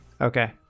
Okay